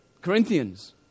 Corinthians